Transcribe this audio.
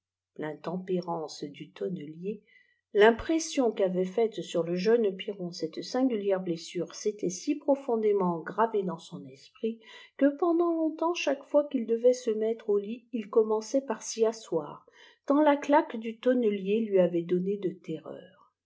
corriger l'intepapéraiiee du tonnelier l'impression qu'avait faite sur le jeune piron cette singulière blessure s'était si profondément gravé dans son esprit que pendant longtemps chaque fois qu'il avait à se mettre a lit il commençait par s y asseoir tant la claque du tonnelier lui avait donné de terreur